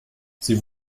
sie